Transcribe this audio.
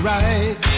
right